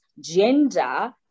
gender